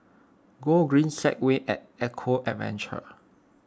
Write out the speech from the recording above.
Gogreen Segway at Eco Adventure